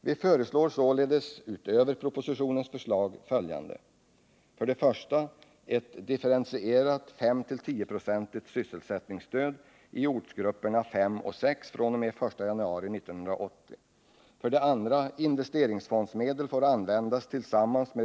Vi föreslår således utöver propositionens förslag följande: 5.